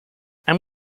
and